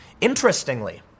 Interestingly